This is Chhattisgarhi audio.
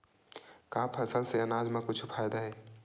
का फसल से आनाज मा कुछु फ़ायदा हे?